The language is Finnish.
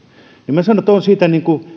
minä sanon että on siitä